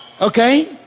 okay